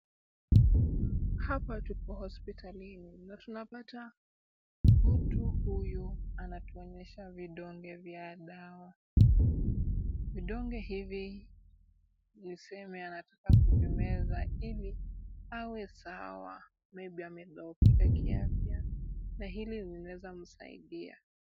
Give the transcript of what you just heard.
Hapa tupo hospitalini na tunapata mtu huyu anatuonyesha vidonge vya dawa. Vidonge hivi tuseme anataka kuvimeza ili awe sawa [c]maybe [c] amedhoofika kiafya na hili linaweza msadia.